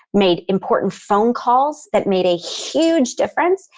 made important phone calls that made a huge difference.